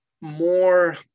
more